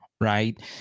right